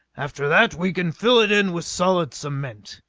after that we can fill it in with solid cement.